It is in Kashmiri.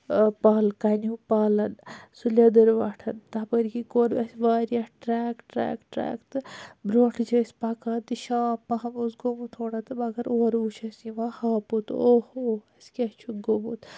پَل کَنِیو پَل سُہ لیدروٹھَن تَپٲر کِنۍ کوٚر اَسہِ وارِیاہ ٹریک ٹریک ٹریک تہٕ برونٹھ چھ أسۍ پَکان تہٕ شام پَہم اوس گوٚمُت تھوڑا تہٕ مَگَر اورٕ وُچھ اَسہِ یِوان ہاپُت اوٚہ اوٚہ اَسہِ کیاہ چھُ گوٚمُت